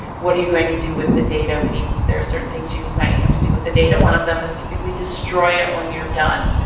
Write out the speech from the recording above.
what are you going to do with the data, we need. there are certain things you might have to do with the data. one of them is typically destroy it when you're done.